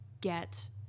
get